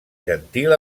gentil